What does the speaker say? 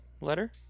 letter